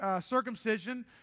circumcision